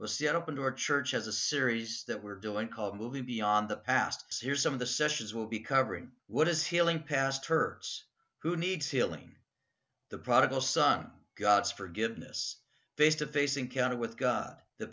will see an open door church as a series that we're doing called moving beyond the past circe of the sessions will be covering what is healing past hurts who needs healing the prodigal son god's forgiveness face to face encounter with god the